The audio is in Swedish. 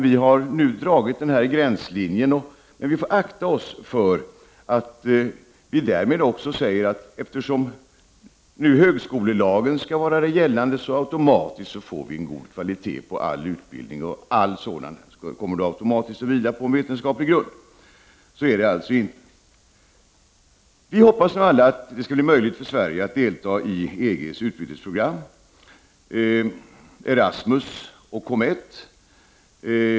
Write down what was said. Vi har nu dragit denna gränslinje, men vi får akta oss för att säga, att eftersom nu högskolelagen skall vara det gällande, får all utbildning automatiskt en hög kvalitet och kommer automatiskt att vila på en vetenskaplig grund. Så är det alltså inte. Vi hoppas nu alla att det skall bli möjligt för Sverige att delta i EG:s utbytesprogram Erasmus och COMETT.